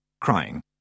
crying